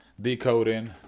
decoding